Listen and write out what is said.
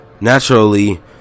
Naturally